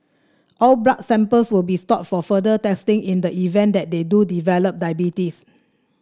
all blood samples will be stored for further testing in the event that they do develop diabetes